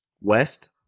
West